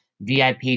VIP